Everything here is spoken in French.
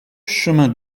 chemin